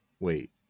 Wait